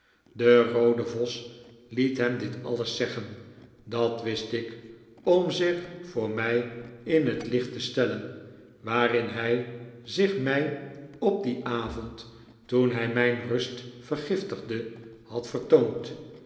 de roode vos liet hem dit alles zeggen dat wist ik om zich voor mij in het licht te stellen waarin hij zich mij op dien avond toen hij mijn rust vergiftigde had vertoond